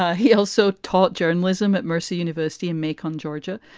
ah he also taught journalism at mercer university in macon, georgia.